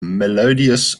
melodious